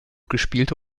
gespielte